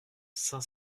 cinq